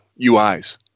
UIs